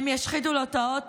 הם ישחיתו לו את האוטו,